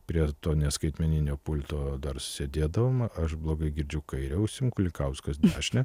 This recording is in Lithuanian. prie to neskaitmeninio pulto dar sėdėdavom aš blogai girdžiu kaire ausim kulikauskas dešine